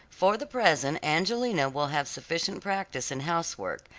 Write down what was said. for the present angelina will have sufficient practice in house-work,